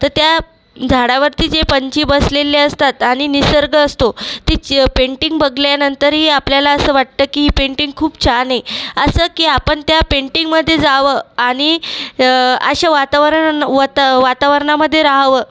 तर त्या झाडावरती जे पंछी बसलेले असतात आणि निसर्ग असतो तेच पेंटिंग बघल्यानंतरही आपल्याला असं वाटतं की ही पेंटिंग खूप छान आहे असं की आपण त्या पेंटिंगमध्ये जावं आणि अशा वातावरण वता वातावरनामध्ये रहावं